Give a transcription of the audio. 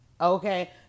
Okay